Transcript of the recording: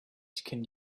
can